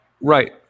Right